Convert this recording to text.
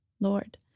Lord